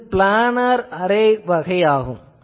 இது planar array ஆகும்